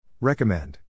Recommend